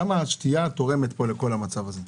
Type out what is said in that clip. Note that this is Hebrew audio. עד כמה השתייה המתוקה תורמת למצב הזה?